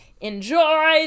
Enjoy